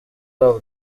wabo